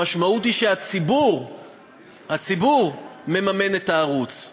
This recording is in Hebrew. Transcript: המשמעות היא שהציבור מממן את הערוץ,